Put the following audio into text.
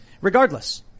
Regardless